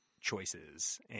choices